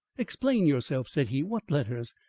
explain yourself, said he. what letters?